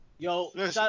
Yo